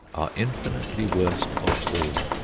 are infinitely worst of all.